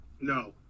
no